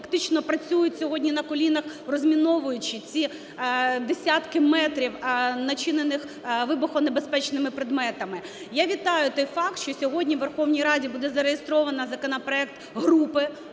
фактично працюють сьогодні на колінах, розміновуючи ці десятки метрів начинених вибухонебезпечними предметами. Я вітаю той факт, що сьогодні в Верховній Раді буде зареєстровано законопроект групи